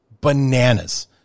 bananas